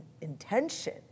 intention